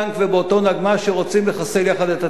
ובאותו נגמ"ש שרוצים לחסל יחד את הטרור.